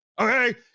okay